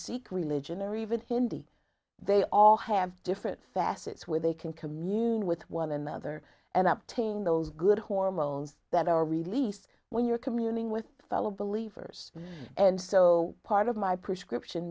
sikh religion or even hindi they all have different facets where they can commune with one another and up tain those good hormones that are released when you're communing with fellow believers and so part of my prescription